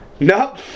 Nope